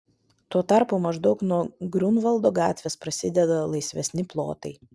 tuo tarpu maždaug nuo griunvaldo gatvės prasideda laisvesni plotai